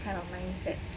kind of mindset